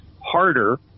harder